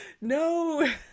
no